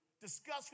discuss